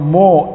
more